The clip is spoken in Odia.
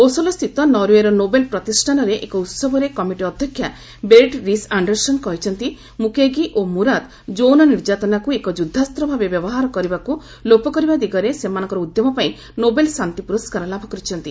ଓସୋଲୋ ସ୍ଥିତ ନର୍ୱେର ନୋବେଲ୍ ପ୍ରତିଷ୍ଠାନରେ ଏକ ଉହବରେ କମିଟି ଅଧ୍ୟକ୍ଷା ବେରିଟ୍ ରିସ୍ ଆଶ୍ଡର୍ସନ୍ କହିଛନ୍ତି ମୁକ୍ୟେଗି ଓ ମୁରାଦ୍ ଯୌନ ନିର୍ଯାତନାକୁ ଏକ ଯୁଦ୍ଧାସ୍ତ ଭାବେ ବ୍ୟବହାର କରିବାକୁ ଲୋପ କରିବା ଦିଗରେ ସେମାନଙ୍କର ଉଦ୍ୟମ ପାଇଁ ନୋବେଲ୍ ଶାନ୍ତି ପୁରସ୍କାର ଲାଭ କରିଛନ୍ତି